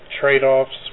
trade-offs